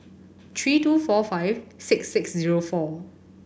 three two four five six six zero four